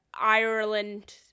Ireland